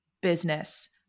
business